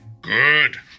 Good